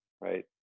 right